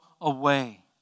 away